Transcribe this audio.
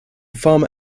former